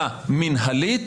בפעולה מנהלית,